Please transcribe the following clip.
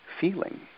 feeling